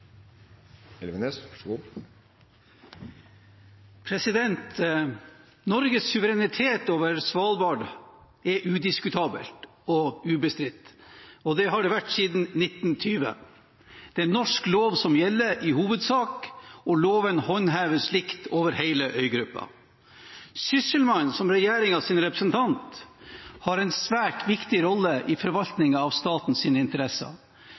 og ubestridt, og slik har det vært siden 1920. Det er norsk lov som i hovedsak gjelder, og loven håndheves likt over hele øygruppen. Sysselmannen, som regjeringens representant, har en svært viktig rolle i forvaltningen av statens interesser.